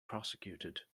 prosecuted